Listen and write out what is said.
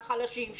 החלשים,